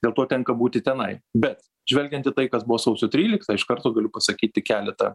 dėl to tenka būti tenai bet žvelgiant į tai kas buvo sausio tryliką iš karto galiu pasakyti keletą